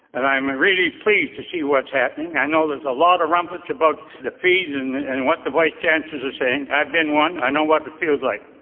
and i'm really pleased to see what's happening. i know there's a lot of rumpus about the fees and and what the vice chancellors are saying. i've been one, i know what it feels like.